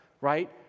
right